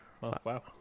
Wow